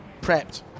prepped